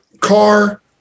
car